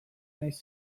naiz